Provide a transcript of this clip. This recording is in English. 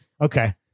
Okay